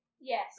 Yes